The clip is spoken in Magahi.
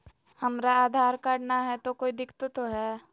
हमरा आधार कार्ड न हय, तो कोइ दिकतो हो तय?